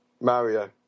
Mario